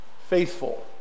faithful